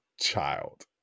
child